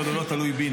אבל הוא לא תלוי בי,